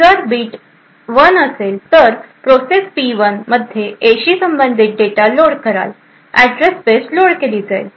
तर जर बिट 1 असेल तर प्रोसेस पी 1 मध्ये ए शी संबंधित डेटा लोड करा अॅड्रेस स्पेस लोड केली जाईल